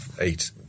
eight